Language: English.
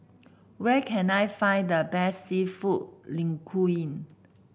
where can I find the best seafood Linguine